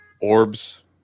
orbs